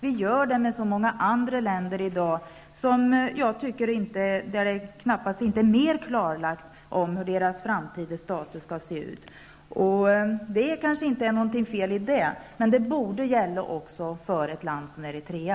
Vi gör det med så många andra länder i dag där det knappast är mer klarlagt hur deras framtida status skall se ut. Det är kanske inte något fel i det, men det borde gälla också för ett land som Eritrea.